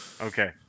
Okay